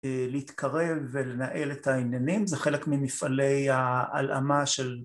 להתקרב ולנהל את העניינים, זה חלק ממפעלי ההלאמה של...